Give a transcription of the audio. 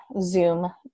Zoom